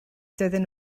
doedden